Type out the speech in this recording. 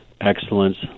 excellence